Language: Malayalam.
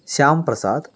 ശ്യാം പ്രസാദ്